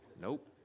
Nope